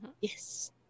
Yes